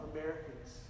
Americans